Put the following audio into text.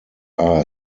are